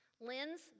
Lynn's